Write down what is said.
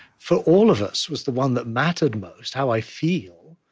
for all of us, was the one that mattered most how i feel.